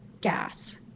gas